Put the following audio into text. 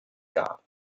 gab